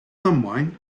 ddamwain